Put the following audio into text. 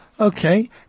Okay